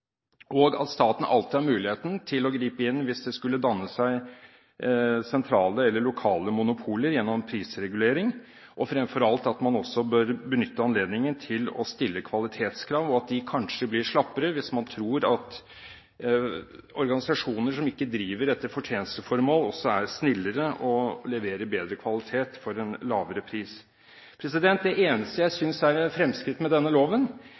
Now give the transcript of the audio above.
at staten alltid har muligheten til å gripe inn hvis det skulle danne seg sentrale eller lokale monopoler gjennom prisregulering, og fremfor alt at man også bør benytte anledningen til å stille kvalitetskrav, og at de kanskje blir slappere hvis man tror at organisasjoner som ikke driver med fortjenesteformål, også er snillere og leverer bedre kvalitet for en lavere pris. Det eneste jeg synes er et fremskritt med denne loven,